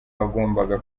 wagombaga